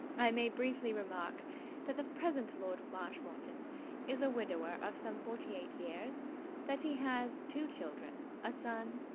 i may briefly remark that the present lord marshmoreton is a widower of some forty-eight years that he has two children a son,